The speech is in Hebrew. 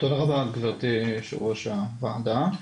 תודה רבה גברתי יושבת ראש הוועדה.